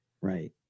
Right